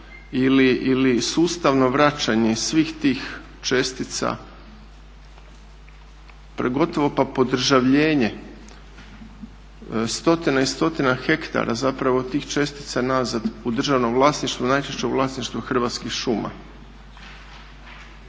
ili sustavno vraćanje svih tih čestica … gotovo pa podržavljenje stotina i stotina hektara zapravo tih čestica nazad u državnom vlasništvu, najčešće u vlasništvu Hrvatskih šuma.